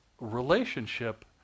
relationship